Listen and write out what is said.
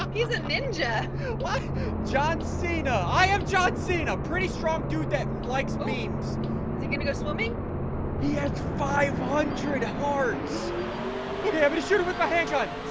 um you the ninja what john cena i have john cena pretty strong dudette and likes memes beginning of swimming he has five ah hundred hearts would have ensured with my handgun.